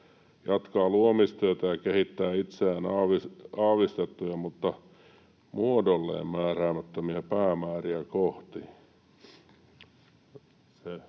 jatkaa luomistyötä ja kehittää itseään aavistettuja, mutta muodolleen määräämättömiä päämääriä kohti.”